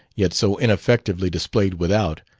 yet so ineffectively displayed without,